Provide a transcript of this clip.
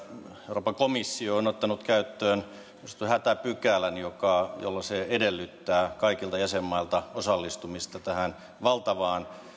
euroopan komissio on ottanut käyttöön niin sanotun hätäpykälän jolla se edellyttää kaikilta jäsenmailta osallistumista tähän valtavaan